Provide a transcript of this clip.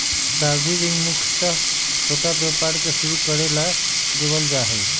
सावधि ऋण मुख्यत छोटा व्यापार के शुरू करे ला देवल जा हई